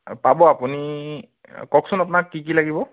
পাব আপুনি কওকচোন আপোনাক কি কি লাগিব